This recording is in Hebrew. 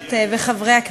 מה אתה רוצה?